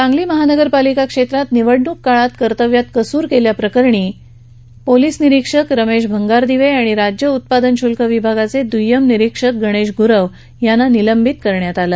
सांगली महापालिका क्षेत्रात निवडणूक काळात कर्तव्यात कसूर केल्याप्रकरणी पोलीस निरीक्षक रमेश भिंगरदेवे आणि राज्य उत्पादन शुल्क विभागाचे दुय्यम निरीक्षक गणेश गुरव यांना निलंबित करण्यात आलं